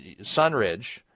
Sunridge